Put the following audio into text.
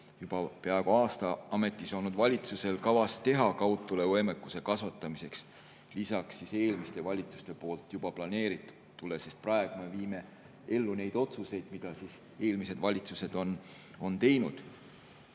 juba peaaegu aasta ametis olnud – valitsusel kavas teha kaudtulevõimekuse kasvatamiseks lisaks eelmiste valitsuste poolt juba planeeritule? Praegu me viime ellu neid otsuseid, mida eelmised valitsused on teinud.